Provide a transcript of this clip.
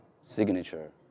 signature